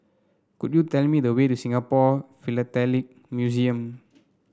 could you tell me the way to Singapore Philatelic Museum